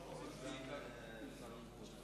אריאל לא נתקבלה.